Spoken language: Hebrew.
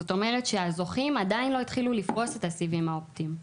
זאת אומרת שהזוכים עדיין לא התחילו לפרוס את הסיבים האופטיים.